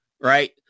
Right